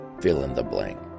fill-in-the-blank